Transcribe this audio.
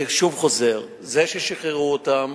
אני שוב חוזר: זה ששחררו אותם